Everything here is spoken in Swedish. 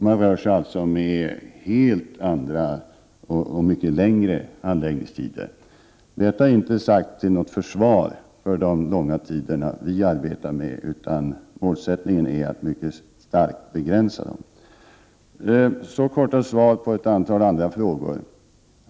Där har man alltså mycket längre handläggningstider. Det är emellertid inte något försvar för de långa handläggningstider som vi har, utan vår målsättning är att förkorta dem. Jag övergår till att kortfattat besvara ett antal andra frågor.